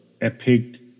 Epic